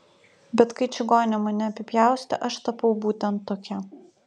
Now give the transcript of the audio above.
bet kai čigonė mane apipjaustė aš tapau būtent tokia